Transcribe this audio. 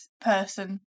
person